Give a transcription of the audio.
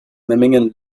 memmingen